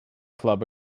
club